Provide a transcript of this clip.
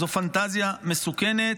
זו פנטזיה מסוכנת.